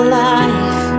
life